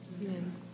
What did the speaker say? Amen